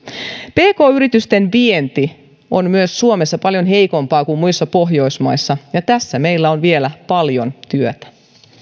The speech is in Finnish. pk yritysten vienti on suomessa myös paljon heikompaa kuin muissa pohjoismaissa ja tässä meillä on vielä paljon työtä